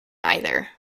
either